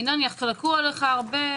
יחלקו עליך הרבה.